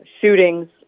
shootings